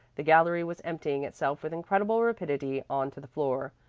the gallery was emptying itself with incredible rapidity on to the floor.